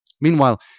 Meanwhile